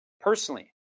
Personally